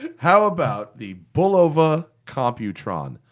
how about the bulova computron?